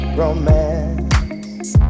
romance